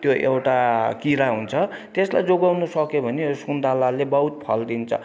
त्यो एउटा किरा हुन्छ त्यसलाई जोगाउन सक्यो भने सुन्तलाले बहुत फल दिन्छ